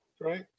right